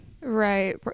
Right